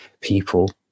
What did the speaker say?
people